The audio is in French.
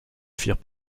firent